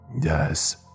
Yes